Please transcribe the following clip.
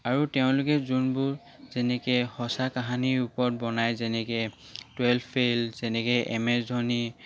আৰু তেওঁলোকে যোনবোৰ যেনেকৈ সঁচা কাহানীৰ ওপৰত বনাই যেনেকৈ টুয়েল্ভ ফেইল যেনেকৈ এম এছ ধোনি